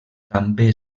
també